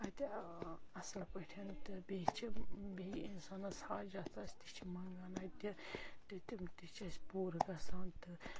اتہِ اَصٕل پٲٹھۍ تہٕ بییہِ چھِ بییہِ یہِ اِنسانَس حاجات آسہِ تہِ چھِ مَنٛگان اَتہِ تہٕ تِم تہِ چھِ اَسہِ پوٗرٕ گَژھان تہٕ